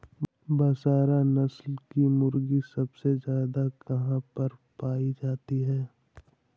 बसरा नस्ल की मुर्गी सबसे ज्यादा कहाँ पर पाई जाती है?